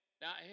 Now